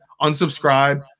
Unsubscribe